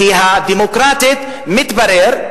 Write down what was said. כי הדמוקרטית, מתברר,